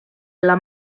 alla